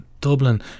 Dublin